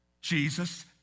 Jesus